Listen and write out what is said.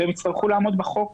והם יצטרכו לעמוד בחוק.